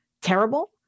terrible